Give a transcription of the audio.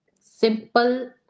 simple